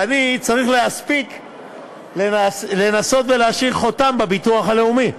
ואני צריך להספיק לנסות ולהשאיר חותם בביטוח הלאומי.